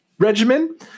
regimen